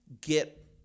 get